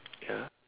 ya